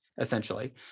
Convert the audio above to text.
essentially